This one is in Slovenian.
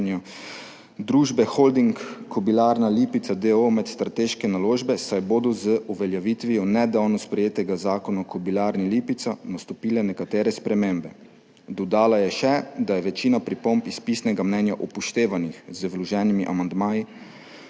družbe Holding Kobilarna Lipica, d. o. o., med strateške naložbe, saj bodo z uveljavitvijo nedavno sprejetega Zakona o Kobilarni Lipica nastopile nekatere spremembe. Dodala je še, da je večina pripomb iz pisnega mnenja upoštevana z vloženimi amandmaji